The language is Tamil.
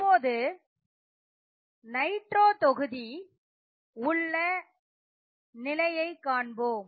இப்போது நைட்ரோ தொகுதி உள்ள நிலையை காண்போம்